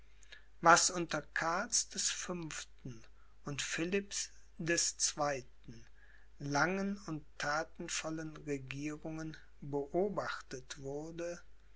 was unter karls des fünften und philipps des zweiten langen und thatenvollen regierungen beobachtet wurde